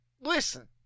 Listen